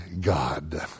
God